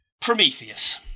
Prometheus